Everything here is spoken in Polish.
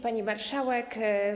Pani Marszałek!